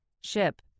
Ship